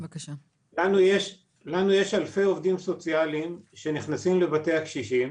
לנו יש אלפי עובדים סוציאליים שנכנסים לבתי הקשישים,